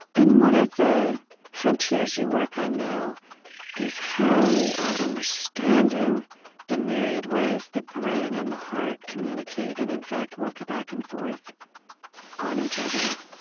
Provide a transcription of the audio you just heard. and one of the frontiers you work on now is how we are understanding the myriad ways the brain and the heart communicate, and, in fact, work back and forth on each other.